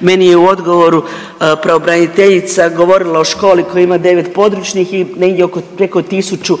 Meni je u odgovoru pravobraniteljica govorila o školi koja ima 9 područnih i negdje oko preko tisuću